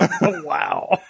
wow